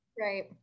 Right